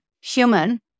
human